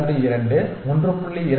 22 1